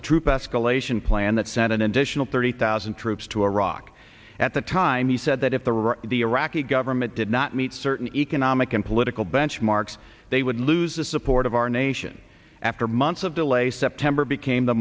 a troop escalation plan that sent an additional thirty thousand troops to iraq at the time he said that if there were the iraqi government did not meet certain economic and political benchmarks they would lose the support of our nation after months of delay september became the